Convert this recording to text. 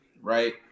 right